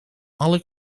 alle